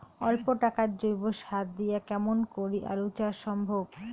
অল্প টাকার জৈব সার দিয়া কেমন করি আলু চাষ সম্ভব?